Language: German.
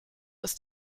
ist